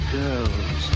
girls